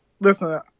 listen